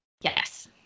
Yes